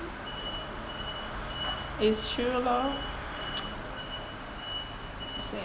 it's true lor